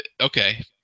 okay